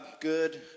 good